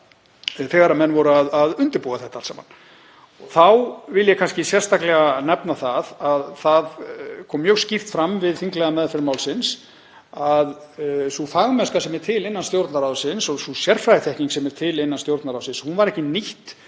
þegar menn voru að undirbúa þetta allt saman. Þá vil ég sérstaklega nefna að það kom mjög skýrt fram við þinglega meðferð málsins að sú fagmennska sem er til innan Stjórnarráðsins og sú sérfræðiþekking sem er til innan Stjórnarráðsins var ekki nýtt